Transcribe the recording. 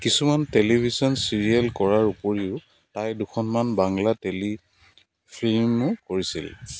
কিছুমান television serial কৰাৰ উপৰিও তাই দুখনমান বাংলা টেলি ফিল্মো কৰিছিল